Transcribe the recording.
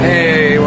Hey